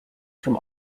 from